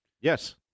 Yes